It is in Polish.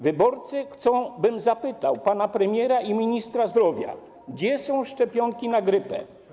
Wyborcy chcą, bym zapytał pana premiera i ministra zdrowia: Gdzie są szczepionki na grypę?